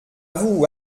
vous